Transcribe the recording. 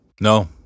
No